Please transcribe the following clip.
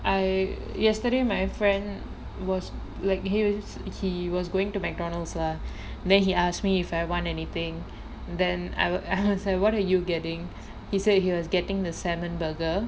I yesterday my friend was like he was he was going to McDonald's lah then he asked me if I want anything then I was like what are you getting he said he was getting the salmon burger